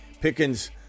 pickens